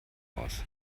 aus